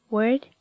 ？Word